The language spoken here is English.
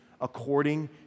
according